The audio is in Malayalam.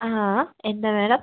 എന്താ മേഡം